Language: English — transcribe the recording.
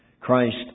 Christ